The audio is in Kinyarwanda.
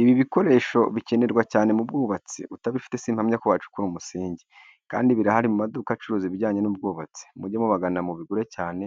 Ibi bikoresho bikenerwa cyane mu bwubatsi, utabifite simpamya ko wacukura umusinge. Kandi birahari mu maduka acuruza ibijyanye n'ubwubatsi. Mujye mubagana mubigure cyane,